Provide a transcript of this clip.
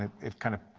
it kind of